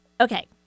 Okay